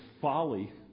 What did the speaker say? folly